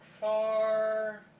far